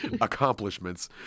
accomplishments